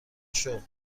شغل